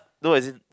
no as in